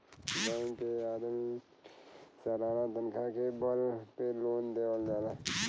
bank के आदमी के सालाना तनखा के बल पे लोन देवल जाला